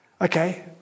Okay